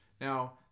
now